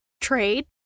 trade